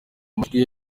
amajwi